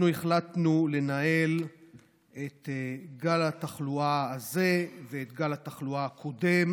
אנחנו החלטנו לנהל את גל התחלואה הזה ואת גל התחלואה הקודם,